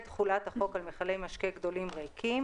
תחולת החוק על מכלי משקה גדולים ריקים),